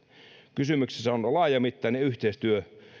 kysymyksessä on on laajamittainen yhteistyö